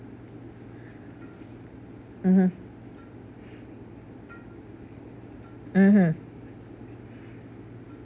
mmhmm mmhmm